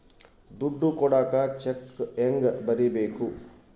ದುಡ್ಡು ಕೊಡಾಕ ಚೆಕ್ ಹೆಂಗ ಬರೇಬೇಕು?